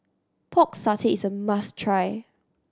Pork Satay is a must try